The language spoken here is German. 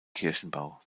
kirchenbau